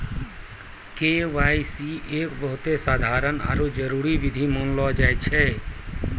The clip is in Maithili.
के.वाई.सी एक बहुते साधारण आरु जरूरी विधि मानलो जाय छै